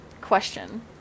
question